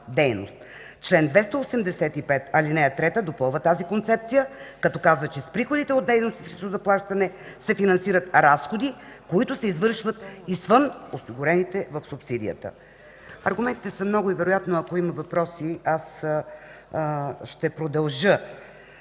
Член 285, ал. 3 допълва тази концепция, като казва, че с приходите от дейност срещу заплащане се финансират разходи, които се извършват извън осигурените в субсидията. Аргументите са много. Ако има въпроси, вероятно ще продължа.